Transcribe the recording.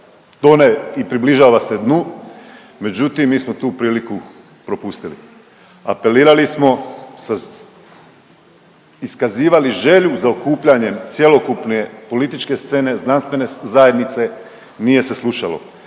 tone i približava se dnu, međutim mi smo tu priliku propustili. Apelirali smo, iskazivali želju za okupljanjem cjelokupne političke scene, znanstvene zajednice, nije se slušalo,